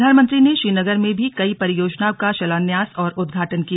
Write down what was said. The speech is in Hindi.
प्रधानमंत्री ने श्रीनगर में भी कई परियोजनाओं का शिलान्यास और उद्घाटन किया